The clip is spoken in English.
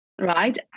Right